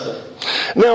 Now